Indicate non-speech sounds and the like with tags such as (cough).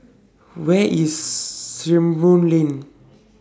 Where IS (noise) Sarimbun Lane